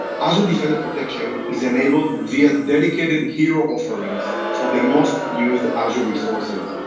azure defender protection is enabled via dedicated hero offerings for the most used azure resources.